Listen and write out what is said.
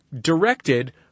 directed